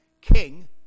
King